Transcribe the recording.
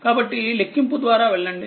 కాబట్టి లెక్కింపుద్వారా వెళ్ళండి